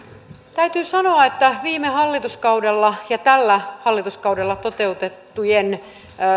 täytyy sanoa että viime hallituskaudella ja tällä hallituskaudella toteutettujen